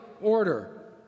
order